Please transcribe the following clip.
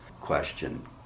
question